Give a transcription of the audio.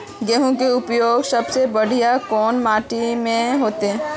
गेहूम के उपज सबसे बढ़िया कौन माटी में होते?